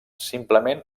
simplement